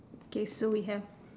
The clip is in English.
okay so we have